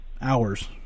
Hours